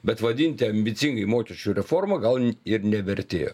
bet vadinti ambicingai mokesčių reforma gal ir nevertėjo